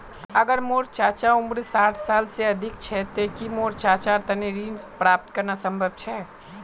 अगर मोर चाचा उम्र साठ साल से अधिक छे ते कि मोर चाचार तने ऋण प्राप्त करना संभव छे?